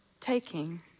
taking